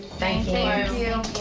thank you.